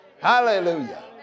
Hallelujah